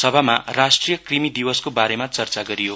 सभामा राष्ट्रिय कृमि दिवसको बारेमा चर्चा गरियो